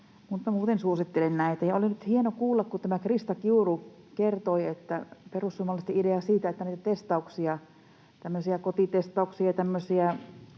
suosittelen näitä. Oli nyt hieno kuulla, kun Krista Kiuru kertoi, että kannattaa perussuomalaisten ideaa siitä, että kotitestauksia,